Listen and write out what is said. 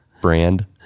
brand